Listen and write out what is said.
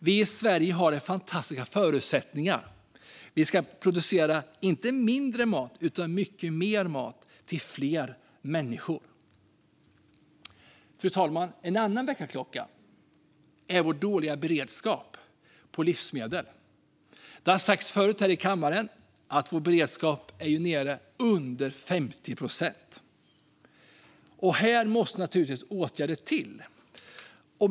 Vi i Sverige har fantastiska förutsättningar. Vi ska inte producera mindre mat utan mycket mer mat till fler människor. Fru talman! En annan väckarklocka är vår dåliga beredskap av livsmedel. Det har sagts förut här i kammaren att vår beredskap är nere under 50 procent. Här måste naturligtvis åtgärder vidtas.